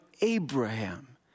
Abraham